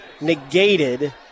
negated